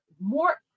more